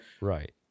Right